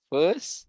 First